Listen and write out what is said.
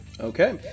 Okay